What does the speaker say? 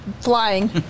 flying